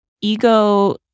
ego